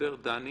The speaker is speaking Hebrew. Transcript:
דיבר דני